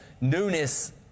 newness